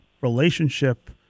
relationship